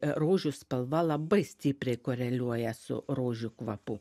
rožių spalva labai stipriai koreliuoja su rožių kvapu